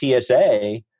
TSA